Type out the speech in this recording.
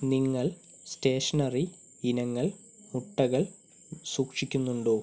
നിങ്ങൾ സ്റ്റേഷണറി ഇനങ്ങൾ മുട്ടകൾ സൂക്ഷിക്കുന്നുണ്ടോ